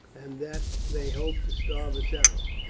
and that they hope to starve us out.